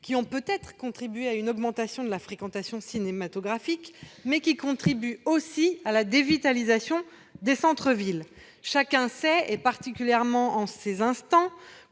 qui ont peut-être contribué à une augmentation de la fréquentation cinématographique, mais qui contribuent aussi à la dévitalisation des centres-villes. Chacun sait à quel point nombre de nos